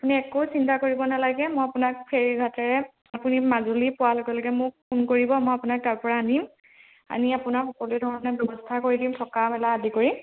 আপুনি একো চিন্তা কৰিব নালাগে মই আপোনাক ফেৰী ঘাটেৰে আপুনি মাজুলী পোৱাৰ লগে লগে মোক ফোন কৰিব মই আপোনাক তাৰপৰা আনিম আনি আপোনাক সকলো ধৰণে ব্যৱস্থা কৰি দিম থকা মেলা আদি কৰি